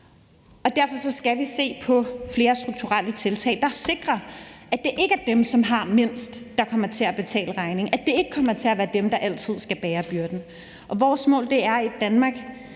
Derfor skal vi se på flere strukturelle tiltag, der sikrer, at det ikke er dem, som har mindst, der kommer til at betale regningen, og at det ikke kommer til at være dem, der altid skal bære byrden. Vores mål er et Danmark